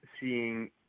seeing